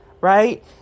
Right